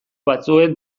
batzuen